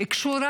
קשורה